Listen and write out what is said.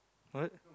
what